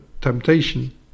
temptation